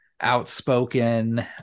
outspoken